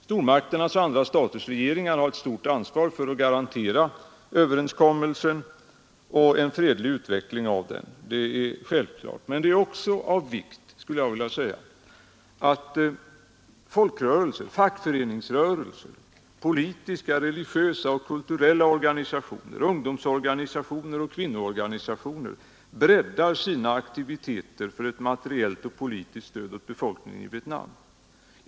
Stormakternas och andra staters regeringar har ett stort ansvar för att garantera överenskommelsen och en fredlig utveckling av den. Det är självklart. Men det är också av vikt att folkrörelser, fackföreningsrörelser, politiska, religiösa och kulturella organisationer, ungdomsorganisationer och kvinnoorganisationer breddar sina aktiviteter för ett materiellt och politiskt stöd åt befolkningen i Vietnam.